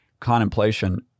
contemplation